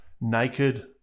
naked